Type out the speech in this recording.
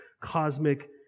cosmic